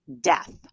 death